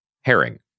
herring